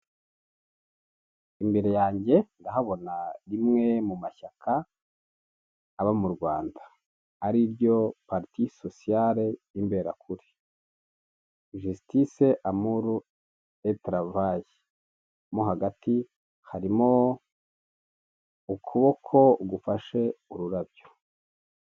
Imbere yange ndahabona rimwe mu mashyaka aba mu Rwanda ariryo pariti sosiyare imberekuri. Jisitise amuru etaravaye mo hagati harimo ukuboko gufashe ururabyo.